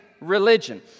religion